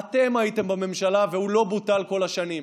אתם הייתם בממשלה, והוא לא בוטל כל השנים.